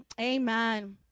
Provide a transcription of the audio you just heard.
Amen